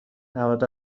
نود